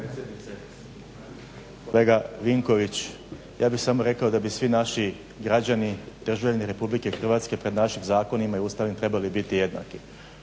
Kolega Vinković, ja bih samo rekao da bi svi naši građani, državljani Republike Hrvatske pred našim zakonima i Ustavom trebali biti jednaki.